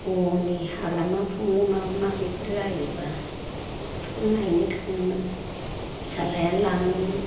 हनै हाग्रामाफ्रावनो माबा माबिफोर जायोब्ला बेफोरखौ नायनो थाङोमोन फिसाज्लायानो लाङोमोन